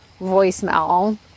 voicemail